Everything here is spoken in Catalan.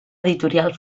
editorial